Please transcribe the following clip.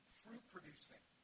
fruit-producing